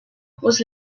was